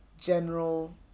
general